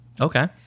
Okay